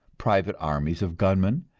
private armies of gunmen,